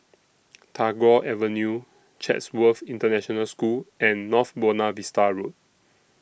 Tagore Avenue Chatsworth International School and North Buona Vista Road